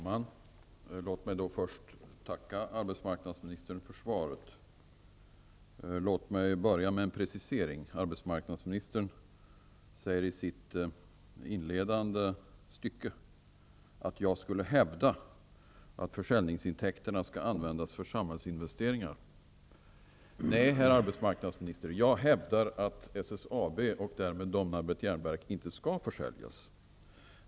Herr talman! Jag vill först tacka arbetsmarknadsministern för svaret. Låt mig börja med en precisering. I det inledande stycket i svaret säger arbetsmarknadsministern att frågeställaren ''hävdar att försäljningsintäkterna skall användas till samhällsinvesteringar''. Nej, herr arbetsmarknadsminister, jag hävdar att SSAB och därmed Domnarvets Jernverk inte skall försäljas.